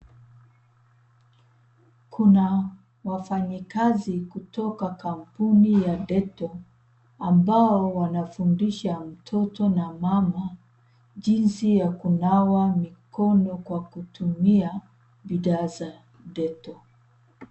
Kuna wafanyikazi kutoka kampuni ya Dettol ambao wanafundisha mtoto na mama jinsi ya kunawa mikono kwa kutumia bidhaa za Dettol.